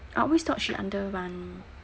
I always thought she under rani